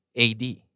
AD